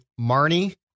marnie